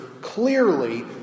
clearly